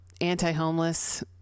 anti-homeless